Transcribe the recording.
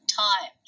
time